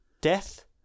death